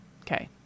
Okay